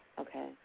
okay